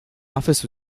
office